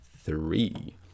three